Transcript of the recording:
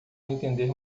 entender